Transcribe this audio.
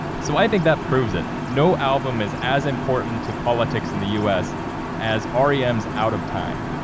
so i think that proves it. no album is as important to politics in the us as r e m's out of time.